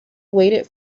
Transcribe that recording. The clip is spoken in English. waited